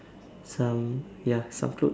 some ya some clothes